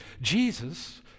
Jesus